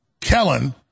Kellen